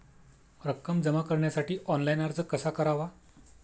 रक्कम जमा करण्यासाठी ऑनलाइन अर्ज कसा करावा?